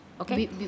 okay